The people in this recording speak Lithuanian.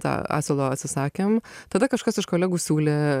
tą asilo atsisakėm tada kažkas iš kolegų siūlė